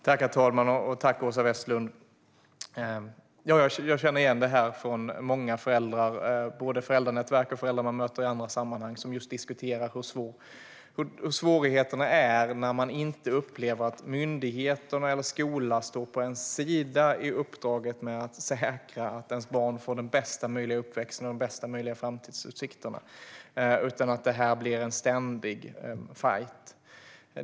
Herr talman! Tack, Åsa Westlund! Jag känner igen detta från många föräldrar, både i föräldranätverk och föräldrar man möter i andra sammanhang, som just diskuterar svårigheterna när man inte upplever att myndigheterna eller skolan står på ens sida i uppdraget att säkra att ens barn får bästa möjliga uppväxt och framtidsutsikter. I stället blir detta en ständig fajt.